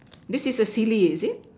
this is a silly is it